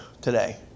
today